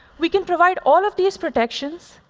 we can provide all of these protections.